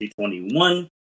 2021